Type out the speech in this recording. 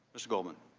mr. goldman.